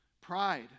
Pride